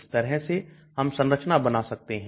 इस तरह से हम संरचना बना सकते हैं